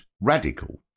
radical